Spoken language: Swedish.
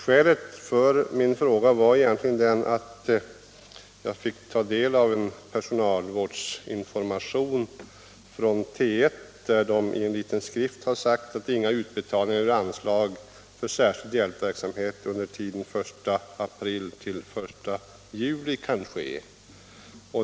Skälet till min fråga var egentligen att jag fick ta del av en personalvårdsinformation från T 1 — en liten skrift där det sägs att inga utbetalningar ur anslag för särskild hjälpverksamhet kan ske under tiden den 1 april-den 1 juli.